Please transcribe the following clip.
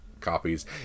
copies